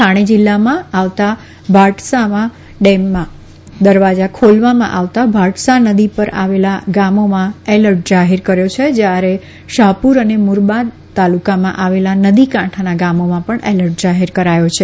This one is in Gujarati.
ઠાણે જિલ્લામાં આવતા ભાટસાં ડેમના દરવાજા ખોલવામાં આવતા ભાટસા નદી પર આવેલા ગામોમાં એલર્ટ જાહેર કર્યો છે જ્યારે શાહપુર અને મુરબાદ તાલુકામાં આવેલા નદી કાઠાંના ગામોમાં પણ એલર્ટ જાહેર કરાયો છે